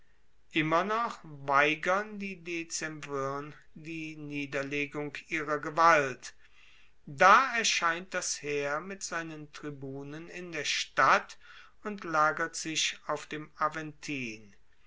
immer noch weigern die dezemvirn die niederlegung ihrer gewalt da erscheint das heer mit seinen tribunen in der stadt und lagert sich auf dem aventin